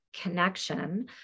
connection